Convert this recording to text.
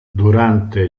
durante